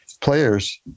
players